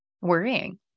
Worrying